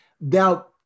Now